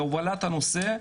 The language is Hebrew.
בהובלת הנושא,